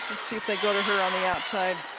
let's see if they go to her on the outside